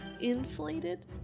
inflated